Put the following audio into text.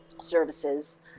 services